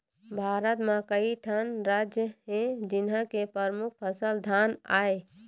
भारत म कइठन राज हे जिंहा के परमुख फसल धान आय